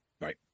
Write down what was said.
Right